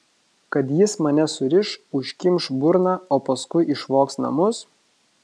kad jis mane suriš užkimš burną o paskui išvogs namus